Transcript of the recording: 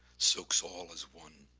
soaks all as one.